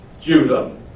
Judah